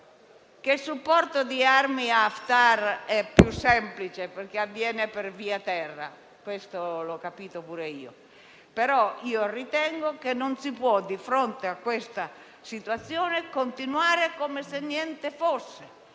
il supporto di armi a Haftar è più semplice, perché avviene via terra. Questo l'ho capito pure io. Ritengo, però, che non si possa, di fronte a questa situazione, continuare, come se niente fosse,